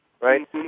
Right